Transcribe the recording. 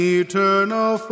eternal